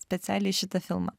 specialiai į šitą filmą